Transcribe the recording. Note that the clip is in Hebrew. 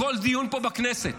בכל דיון פה בכנסת,